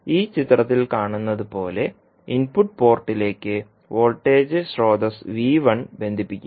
ഈ ചിത്രത്തിൽ നമ്മൾ കാണുന്നത് പോലെ ഇൻപുട്ട് പോർട്ടിലേക്ക് വോൾട്ടേജ് സ്രോതസ്സ് ബന്ധിപ്പിക്കും